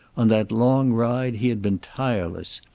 on that long ride he had been tireless.